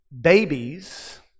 Babies